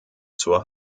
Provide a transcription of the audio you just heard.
zur